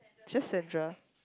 just Sandra